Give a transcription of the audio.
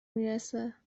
میرسه